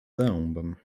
dębem